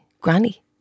granny